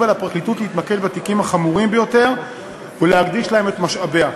על הפרקליטות להתמקד בתיקים החמורים ביותר ולהקדיש להם את משאביה.